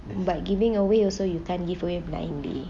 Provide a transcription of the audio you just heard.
but giving away also you can't give away blindly